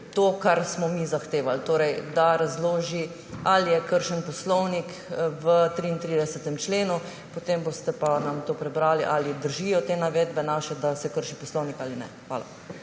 to, kar smo mi zahtevali. Torej da razloži, ali je kršen Poslovnik v 33. členu. Potem nam boste pa prebrali, ali držijo te naše navedbe, da se krši poslovnik, ali ne. Hvala.